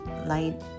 Light